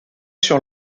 sur